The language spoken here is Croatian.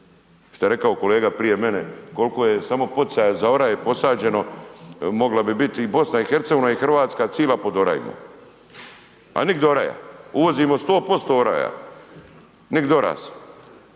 Šta je rekao kolega prije mene, koliko je samo poticaje za oraje posađeno mogla bi biti i BiH i Hrvatska cila pod orajima. A nigdje oraja. Uvozimo 100% oraja. Nigdi orasa.